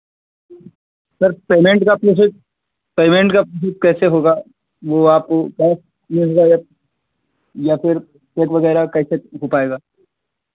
sir payment का process payment का कैसे होगा वो आपको कैश मिल जाएगा या फिर चेक वगैरह कैसे हो पाएगा